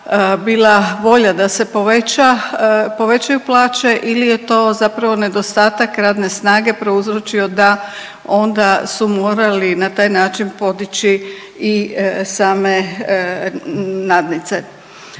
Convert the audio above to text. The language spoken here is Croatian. volja da se povećaju plaće ili je to zapravo nedostatak radne snage prouzročio da onda su morali na taj način podići i same nadnice.